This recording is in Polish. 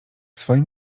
swoim